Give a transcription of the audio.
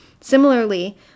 Similarly